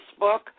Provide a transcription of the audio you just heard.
Facebook